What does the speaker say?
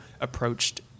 approached